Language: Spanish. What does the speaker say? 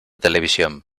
televisión